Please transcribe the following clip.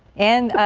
and